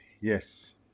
Yes